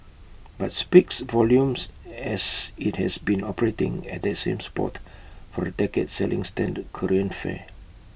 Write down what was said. but speaks volumes as IT has been operating at that same spot for A decade selling standard Korean fare